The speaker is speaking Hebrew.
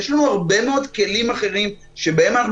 יש לנו הרבה מאוד כלים אחרים שבהם אנחנו